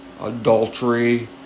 adultery